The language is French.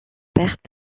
perte